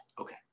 Okay